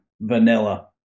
Vanilla